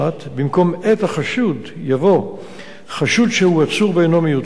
במקום "את החשוד" יבוא "חשוד שהוא עצור ואינו מיוצג",